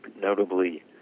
notably